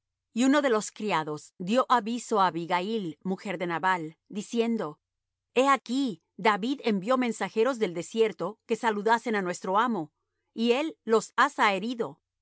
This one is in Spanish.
y uno de los criados dió aviso á abigail mujer de nabal diciendo he aquí david envió mensajeros del desierto que saludasen á nuestro amo y él los ha zaherido